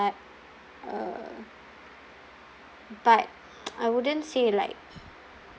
uh but I wouldn't say like